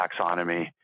taxonomy